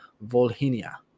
Volhynia